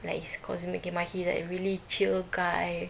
like he's like really chill guy